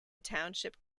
township